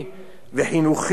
ברמה איכותית,